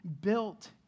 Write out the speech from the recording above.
built